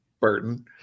Burton